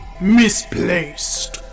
misplaced